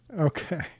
Okay